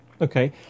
Okay